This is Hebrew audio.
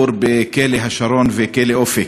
ועדת הפנים ביקור בכלא "השרון" ובכלא "אופק".